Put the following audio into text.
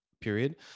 period